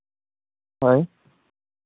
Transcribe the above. ᱦᱳᱭ